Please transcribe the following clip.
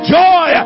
joy